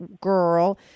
girl